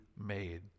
made